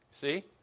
See